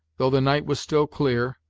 though the night was still clear,